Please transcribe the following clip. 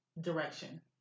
direction